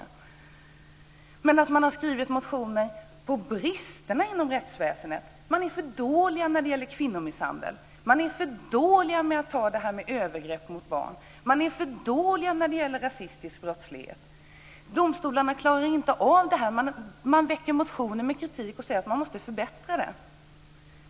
Sedan har man skrivit motioner om bristerna inom rättsväsendet. Man är för dålig när det gäller kvinnomisshandel, man är för dålig på att ta itu med övergrepp mot barn, man är för dålig när det gäller rasistisk brottslighet. Domstolarna klarar inte av detta. Man väcker motioner med kritik och säger att detta måste förbättras.